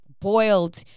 boiled